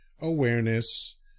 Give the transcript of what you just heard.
awareness